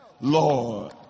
Lord